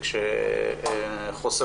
חוסר